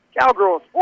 Cowgirls